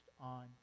on